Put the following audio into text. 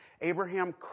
Abraham